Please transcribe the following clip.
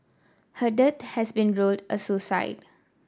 her death has been ruled a suicide